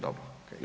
Dobro.